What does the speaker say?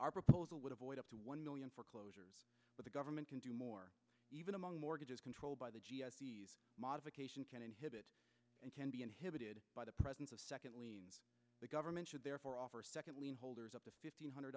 our proposal would avoid up to one million foreclosures but the government can do more even among mortgage is controlled by the modification can inhibit and can be inhibited by the presence of secondly the government should therefore offer second lien holders up to fifteen hundred